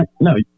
no